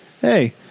hey